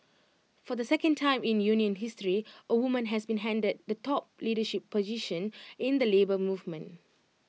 for the second time in union history A woman has been handed the top leadership position in the Labour Movement